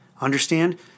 Understand